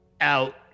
out